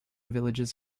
villages